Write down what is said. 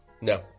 No